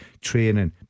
Training